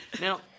Now